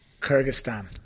kyrgyzstan